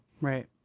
Right